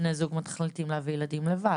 שבני זוג מחליטים להביא ילדים לבד,